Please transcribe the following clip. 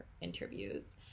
interviews